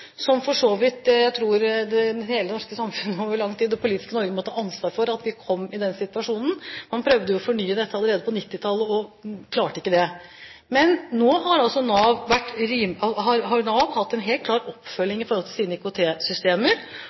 som jeg for så vidt tror hele det norske samfunnet, og over lang tid det politiske Norge, må ta ansvar for at vi kom i. Man prøvde å fornye dette allerede på 1990-tallet, men klarte ikke det. Men nå har Nav hatt en helt klar oppfølging i forhold til sine